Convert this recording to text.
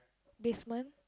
basement